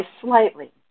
slightly